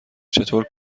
چطور